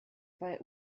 bei